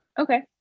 okay